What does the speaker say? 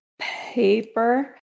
paper